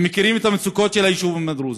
הם מכירים את המצוקות של היישובים הדרוזיים,